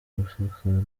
gusakara